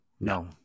No